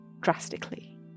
drastically